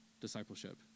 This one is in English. discipleship